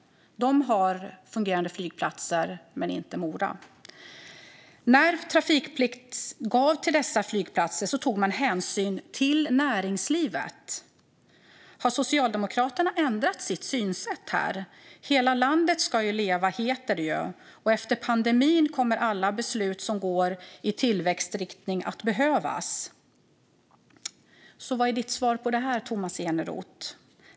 De har fungerande flygplatser, men inte Mora. När trafikplikt gavs till dessa flygplatser tog man hänsyn till näringslivet. Har Socialdemokraterna ändrat sitt synsätt här? Hela landet ska leva, heter det ju. Efter pandemin kommer alla beslut som går i tillväxtriktning att behövas. Vad är ditt svar på detta, Tomas Eneroth?